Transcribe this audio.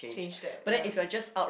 change that ya